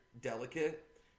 delicate